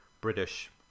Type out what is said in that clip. British